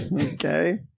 Okay